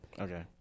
Okay